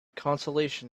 consolation